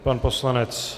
Pan poslanec.